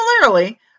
Similarly